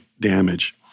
damage